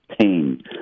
pain